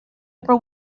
upper